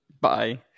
Bye